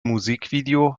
musikvideo